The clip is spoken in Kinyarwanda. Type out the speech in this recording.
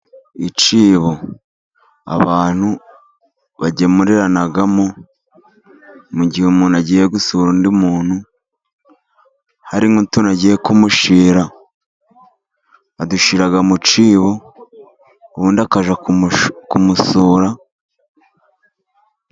Icyibo abantu bagemuriranamo mu gihe umuntu agiye gusura undi muntu, hari nk'utuntu agiye kumushyira. Adushyira mu cyibo ubundi akajya kumusura.